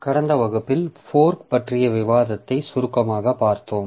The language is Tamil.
கடந்த வகுப்பில் ஃபோர்க் பற்றி விவாதத்தை சுருக்கமாக பார்த்தோம்